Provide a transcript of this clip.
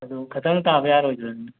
ꯑꯗꯨ ꯈꯇꯪ ꯇꯥꯕ ꯌꯥꯔꯣꯏꯗ꯭ꯔꯅꯦ